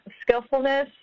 skillfulness